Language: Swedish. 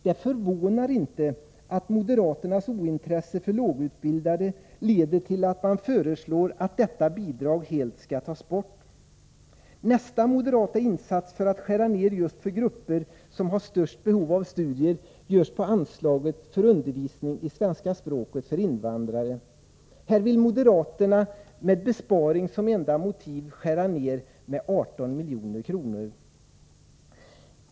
Det förvånar inte att moderaternas ointresse för lågutbildade leder till att man föreslår att detta bidrag helt skall tas bort. Nästa moderata insats för att skära ned för just de grupper som har störst behov av studier görs på anslaget för undervisning i svenska språket för invandrare. Det vill moderaterna med besparing som enda motiv skära ned med 18 milj.kr.